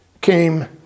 came